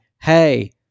hey